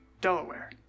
Delaware